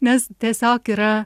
nes tiesiog yra